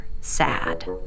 sad